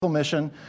Mission